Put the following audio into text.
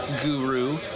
guru